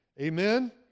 Amen